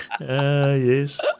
Yes